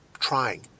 Trying